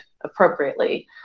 appropriately